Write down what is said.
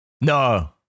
No